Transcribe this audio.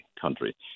country